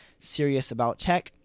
seriousabouttech